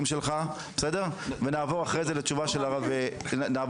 שלך ונעבור אחרי זה לדבריו של הרב פרנקל.